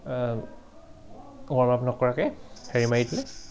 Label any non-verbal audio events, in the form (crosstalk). (unintelligible) নকৰাকৈ হেৰি মাৰি দিলে